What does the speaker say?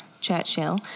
Churchill